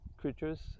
creatures